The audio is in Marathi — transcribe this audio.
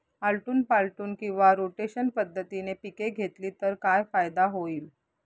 आलटून पालटून किंवा रोटेशन पद्धतीने पिके घेतली तर काय फायदा होईल?